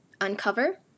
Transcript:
Uncover